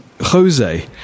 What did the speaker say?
Jose